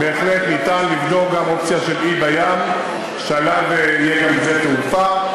בהחלט ניתן לבדוק גם אופציה של אי בים שעליו יהיה גם שדה תעופה,